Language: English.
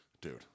dude